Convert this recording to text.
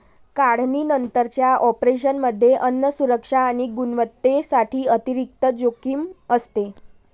काढणीनंतरच्या ऑपरेशनमध्ये अन्न सुरक्षा आणि गुणवत्तेसाठी अतिरिक्त जोखीम असते